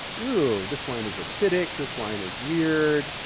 ew. this wine is acidic. this wine is weird.